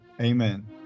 Amen